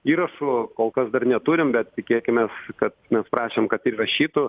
įrašų kol kas dar neturim bet tikėkimės kad mes prašėm kad įrašytų